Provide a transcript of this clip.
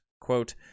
quote